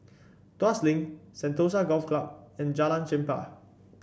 Tuas Link Sentosa Golf Club and Jalan Chempah